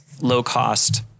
low-cost